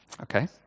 okay